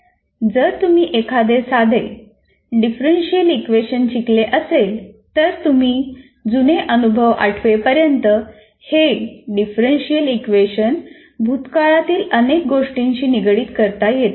जर तुम्ही एखादे साधे डिफरन्सीयल इक्वेशन शिकले असेल तर तुम्ही जुने अनुभव आठवेपर्यंत हे डिफरन्सीयल इक्वेशन भूतकाळातील अनेक गोष्टींशी निगडीत करता येते